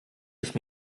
ich